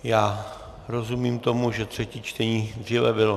Já rozumím tomu, že třetí čtení dříve bylo...